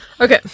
okay